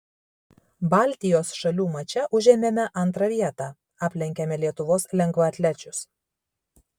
baltijos šalių mače užėmėme antrą vietą aplenkėme lietuvos lengvaatlečius